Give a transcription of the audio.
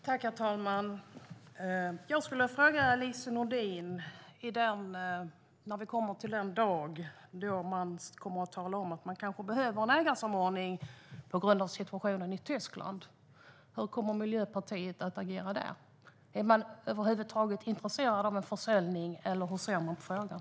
Herr talman! Jag skulle vilja fråga Lise Nordin följande: När vi kommer till den dag då man kommer att tala om att man kanske behöver en ägarsamordning på grund av situationen i Tyskland, hur kommer Miljöpartiet att agera då? Är man över huvud taget intresserad av en försäljning, eller hur ser man på frågan?